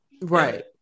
Right